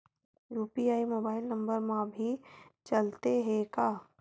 UPI mobile number मा भी चलते हे का?